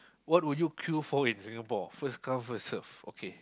what would you queue for in Singapore first come first serve okay